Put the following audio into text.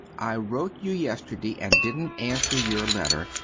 i wrote you yesterday, and didn't answer your letter.